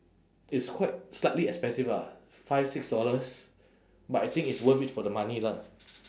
it's quite slightly expensive lah five six dollars but I think it's worth it for the money lah